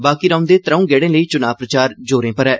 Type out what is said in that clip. बाकी रौहंदे त्रंऊ गेड़ें लेई चुना प्रचार जोरें पर ऐ